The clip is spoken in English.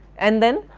and then,